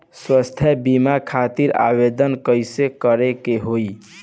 स्वास्थ्य बीमा खातिर आवेदन कइसे करे के होई?